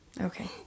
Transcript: Okay